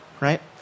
right